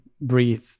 breathe